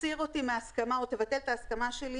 תסיר אותי מהסכנה או תבטל את ההסכמה שלי